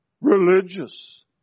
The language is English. religious